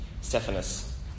Stephanus